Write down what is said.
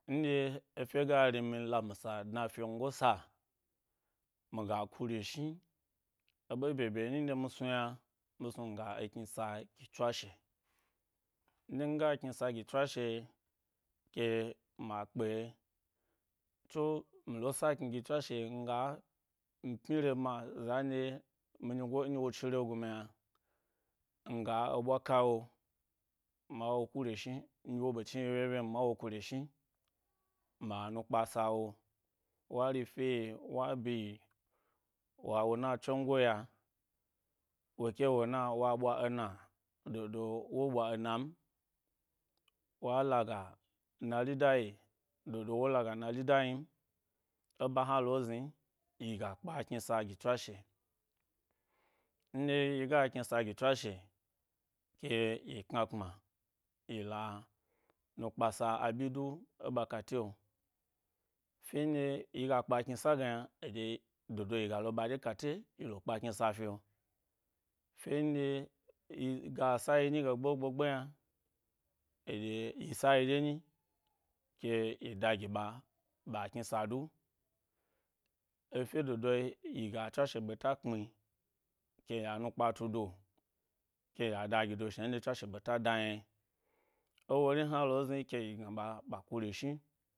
Ndye efye ga ri mi lami sna dna fyengosa, miga ku re shni, eɓe ɓye bye nyi nɗye mi snu yna, misnu miga ekni sa gi twashe nɗye miga ekni sa gi tswashe, ke ma kpe, tso, mi le sa’ kni gi tswashe nga pmyi’re bma zan nɗye-mi nyigo nɗye wo cire gumi yna, nga eɓwa kawo, ma wo, ku’re shni nɗye wo ɓe chniyi wyenye m mawo ku re shni ma nukpa sawo wa rifye, wa bi, wa won a tsongo yi a, woke won a, wa ɓwa ena dodo wo ɓwa enam, walaga nalidayi dodo wo laga nail dayi m ẻ ba hna lo zni, yi ga lopa kni sa gi tswashe. Nɗye yiga ekni sagi twashe keyi kna kpma yila nukpa sa a ɓyi du, ẻ ɓa kate’o fye nɗye yiga kpa’knisa ge yna yiga lo ɓa dye kate, yilo kpa’ knisa fyo. Fye nɗye yiga sayi yi nyi ge gbo gbo gbo yna eɗyei yi sayi dye nyi ke yi da gi ba, ɓa knisa du. Efye dodo yi, yi ga twashe ɓeta kpmi key a nukpa tu do koya da gido, shna nɗɓye tswashe ɓeta da yna. Ewori hna lo ke yi gna ɓa ɓa ku re shni.